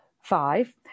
five